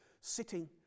sitting